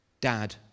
dad